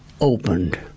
opened